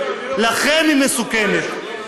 לכם היא מסוכנת.